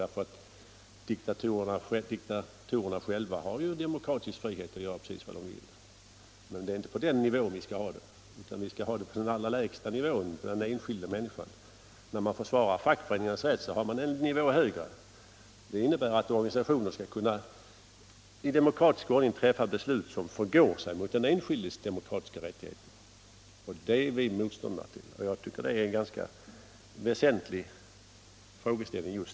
Diktatorerna själva har nämligen demokratisk frihet att göra precis vad de vill. Men det är inte på den nivån vi skall ha demokrati, utan vi skall ha demokrati på den allra lägsta nivån, för den enskilda människan. När man försvarar fackföreningarnas rätt att fatta beslut i sådana här frågor har man kommit en nivå högre. Det innebär att organisationer i demokratisk ordning kan träffa beslut som förgår sig mot den enskildes demokratiska rättigheter. Det är vi motståndare till. Detta är en väsentlig frågeställning.